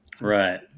Right